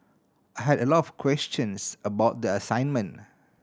I had a lot of questions about the assignment